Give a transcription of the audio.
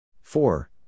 four